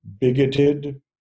Bigoted